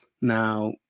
Now